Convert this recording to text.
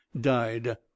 died